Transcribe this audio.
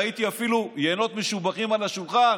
ראיתי אפילו יינות משובחים על השולחן,